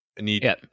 need